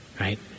right